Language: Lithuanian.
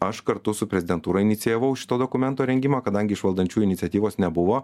aš kartu su prezidentūra inicijavau šito dokumento rengimą kadangi iš valdančiųjų iniciatyvos nebuvo